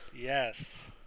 Yes